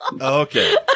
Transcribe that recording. Okay